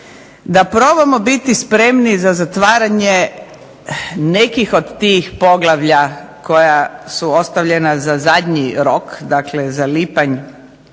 da probamo biti spremni za zatvaranje nekih od tih poglavlja koja su ostavljena za zadnji rok, dakle za lipanj